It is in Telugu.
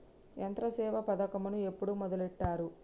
యంత్రసేవ పథకమును ఎప్పుడు మొదలెట్టారు?